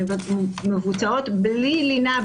שמבוצעות בלי לינה,